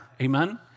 amen